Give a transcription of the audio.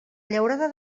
llaurada